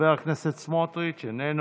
חבר הכנסת סמוטריץ' איננו.